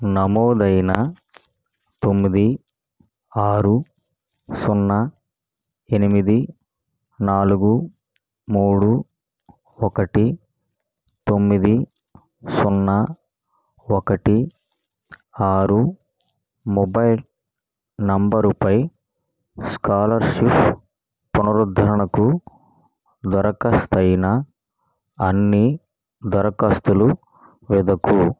నమోదైన తొమ్మిది ఆరు సున్నా ఎనిమిది నాలుగు మూడు ఒకటి తొమ్మిది సున్నా ఒకటి ఆరు మొబైల్ నెంబరు పై స్కాలర్షిప్ పునరుద్ధరణకు దరఖాస్తు అయిన అన్నీ దరఖాస్తులు వెతుకు